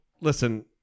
listen